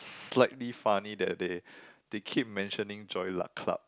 slightly funny that they they keep mentioning joy luck club